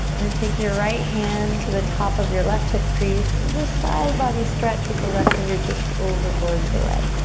then take your right hand to the top of your left hip crease, and just side body stretch with the left fingertips over towards the the right.